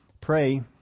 Pray